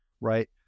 right